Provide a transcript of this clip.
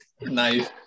Nice